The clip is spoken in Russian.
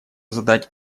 задать